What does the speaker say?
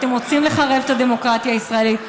אתם רוצים לחרב את הדמוקרטיה הישראלית,